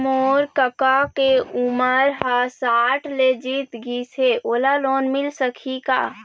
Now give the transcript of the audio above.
मोर कका के उमर ह साठ ले जीत गिस हे, ओला लोन मिल सकही का?